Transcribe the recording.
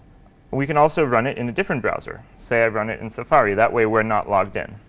we can also run it in a different browser. say i run it in safari. that way we're not logged in.